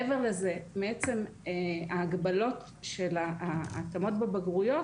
מעבר לזה, מעצם ההגבלות של ההתאמות בבגרויות,